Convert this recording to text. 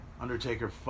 Undertaker